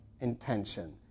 intention